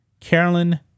Carolyn